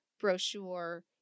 brochure